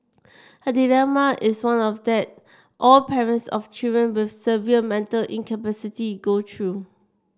her dilemma is one of that all parents of children with severe mental incapacity go through